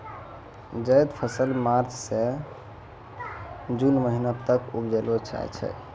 जैद फसल मार्च सें जून महीना तक उपजैलो जाय छै